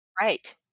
Right